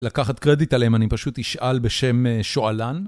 לקחת קרדיט עליהם, אני פשוט אשאל בשם שואלן.